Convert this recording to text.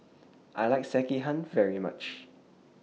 I like Sekihan very much